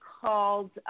called